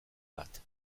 bat